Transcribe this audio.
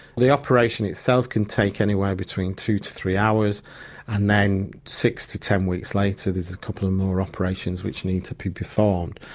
the operation itself can take anywhere between two to three hours and then six to ten weeks later there's a couple um more operations which need to be performed.